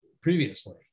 previously